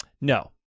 No